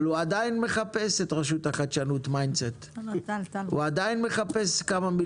אבל מיינדסט עדיין מחפש את רשות החדשנות,